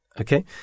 Okay